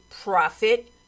profit